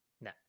No